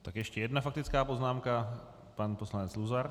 Tak ještě jedna faktická poznámka pan poslanec Luzar.